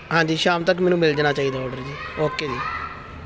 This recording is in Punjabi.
ਹਾਂਜੀ ਸ਼ਾਮ ਤੱਕ ਮੈਨੂੰ ਮਿਲ ਜਾਣਾ ਚਾਹੀਦਾ ਔਡਰ ਜੀ ਓਕੇ ਜੀ